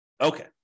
Okay